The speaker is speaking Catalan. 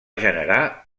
generar